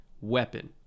weapon